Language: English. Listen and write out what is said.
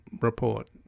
report